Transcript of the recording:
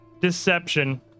deception